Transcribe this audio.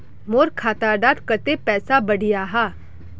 मोर खाता डात कत्ते पैसा बढ़ियाहा?